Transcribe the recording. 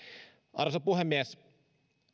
arvoisa puhemies